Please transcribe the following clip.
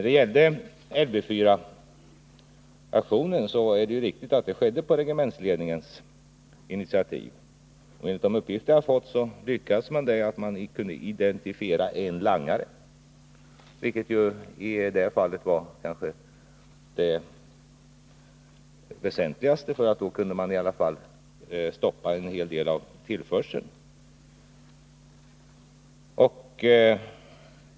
Det är riktigt att Lv 4-aktionen skedde på regementsledningens initiativ. Enligt de uppgifter jag har fått ledde den till att man kunde identifiera en langare, vilket i detta fall kanske var det väsentligaste, för då kunde man i alla fall stoppa en hel del av tillförseln.